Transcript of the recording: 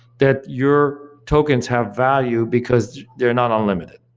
that your tokens have value because they're not unlimited.